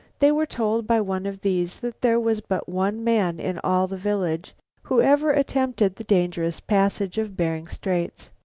they were told by one of these that there was but one man in all the village who ever attempted the dangerous passage of bering straits.